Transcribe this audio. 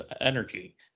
energy